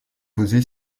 posé